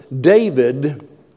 David